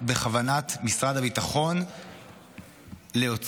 בכוונת משרד הביטחון להוציא,